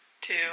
two